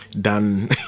done